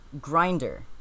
Grinder